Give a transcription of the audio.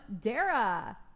Dara